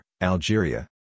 Algeria